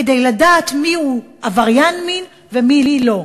כדי לדעת מי עבריין מין ומי לא,